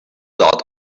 dot